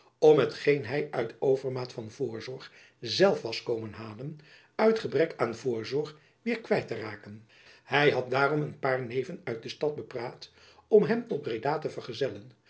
om hetgeen hy uit overmaat van voorzorg zelf was komen halen uit gebrek aan voorzorg weêr kwijt te raken hy had daarom een paar neven uit de stad bepraat hem tot breda te vergezellen